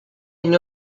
une